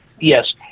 Yes